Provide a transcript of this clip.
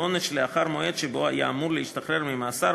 עונש לאחר המועד שבו היה אמור להשתחרר ממאסר,